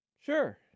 Sure